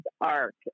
arc